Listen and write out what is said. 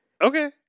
Okay